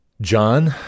John